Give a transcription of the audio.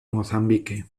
mozambique